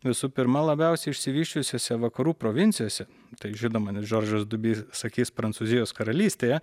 visų pirma labiausiai išsivysčiusiose vakarų provincijose tai žinoma nes žoržas dubi sakys prancūzijos karalystėje